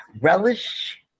relish